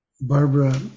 Barbara